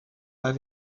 pas